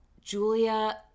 Julia